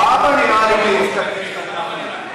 גם האבא נראה לי מתאגרף תאילנדי.